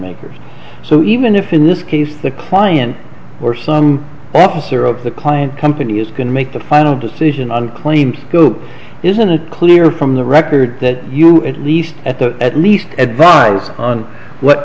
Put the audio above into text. makers so even if in this case the client or some officer of the client company is going to make the final decision on claims isn't it clear from the record that you at least at the at least advised on what